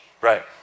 Right